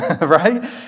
right